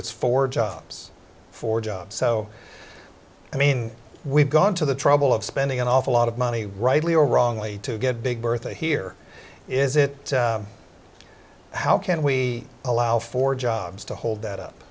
it's for jobs for jobs so i mean we've gone to the trouble of spending an awful lot of money rightly or wrongly to get big bertha here is it how can we allow for jobs to hold that